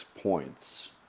points